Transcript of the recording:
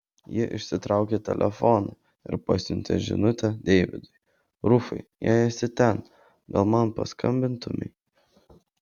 ji išsitraukė telefoną ir pasiuntė žinutę deividui rufai jei esi ten gal man paskambintumei